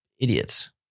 Idiots